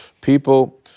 people